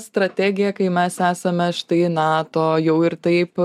strategija kai mes esame štai nato jau ir taip